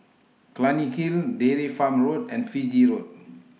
Clunny Hill Dairy Farm Road and Fiji Road